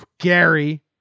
Gary